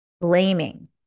blaming